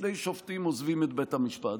שני שופטים עוזבים את בית המשפט,